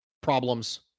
problems